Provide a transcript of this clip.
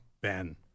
Ben